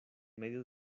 medio